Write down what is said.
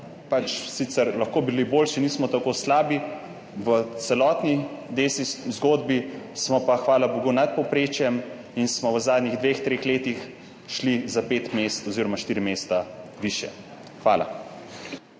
sicer lahko bili boljši, nismo tako slabi. V celotni DESI zgodbi, smo pa hvala bogu nad povprečjem in smo v zadnjih dveh, treh letih šli za pet mest oziroma štiri mesta višje. Hvala.